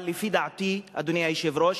אבל לפי דעתי, אדוני היושב-ראש,